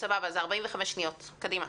בסדר, אז 45 שניות, בבקשה.